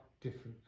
different